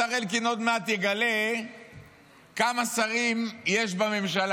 השר אלקין עוד מעט יגלה כמה שרים יש בממשלה.